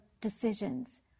decisions